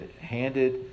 handed